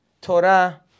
Torah